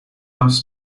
mass